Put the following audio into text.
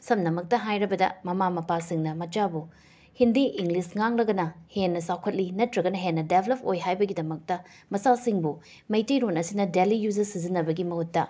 ꯁꯝꯅꯃꯛꯇ ꯍꯥꯏꯔꯕꯗ ꯃꯃꯥ ꯃꯄꯥꯁꯤꯡꯅ ꯃꯆꯥꯕꯨ ꯍꯤꯟꯗꯤ ꯏꯪꯂꯤꯁ ꯉꯥꯡꯂꯒꯅ ꯍꯦꯟꯅ ꯆꯥꯎꯈꯠꯂꯤ ꯅꯠꯇ꯭ꯔꯒꯅ ꯍꯦꯟꯅ ꯗꯦꯕꯦꯂꯐ ꯑꯣꯏ ꯍꯥꯏꯕꯒꯤꯗꯃꯛꯇ ꯃꯆꯥꯁꯤꯡꯕꯨ ꯃꯩꯇꯩꯔꯣꯟ ꯑꯁꯤꯅ ꯗꯦꯂꯤ ꯌꯨꯖꯦꯖ ꯁꯤꯖꯤꯟꯅꯕꯒꯤ ꯃꯍꯨꯠꯇ